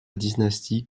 dynastie